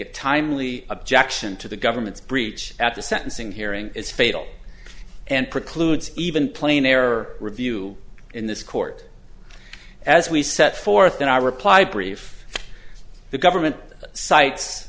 a timely objection to the government's breach at the sentencing hearing is fatal and precludes even plain error review in this court as we set forth in our reply brief the government cites